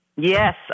Yes